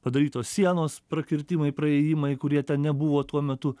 padarytos sienos prakirtimai praėjimai kurie ten nebuvo tuo metu